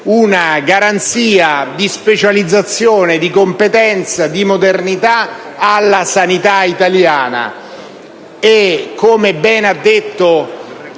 una garanzia di specializzazione, di competenza, di modernità per la sanità italiana. [**Presidenza del